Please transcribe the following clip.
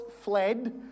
fled